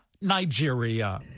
Nigeria